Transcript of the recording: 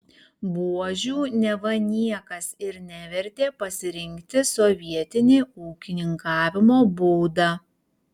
buožių neva niekas ir nevertė pasirinkti sovietini ūkininkavimo būdą